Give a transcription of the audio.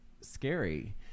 scary